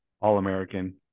All-American